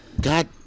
God